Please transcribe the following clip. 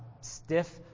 stiff